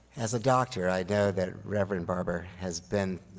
as a doctor, i know that reverend barber has been,